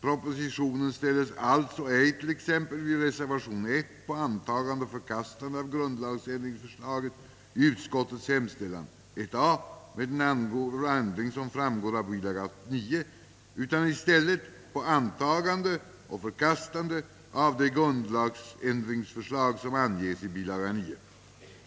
Proposition ställes alltså ej t.ex. vid reservation 1 på antagande och förkastande av grundlagsändringsförslaget i utskottets hemställan I a med den ändring som framgår av bilaga 9, utan i stället på antagande och förkastande av de grundlagsändringsförslag som anges i bilaga 9.